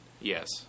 Yes